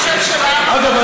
אגב,